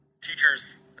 teachers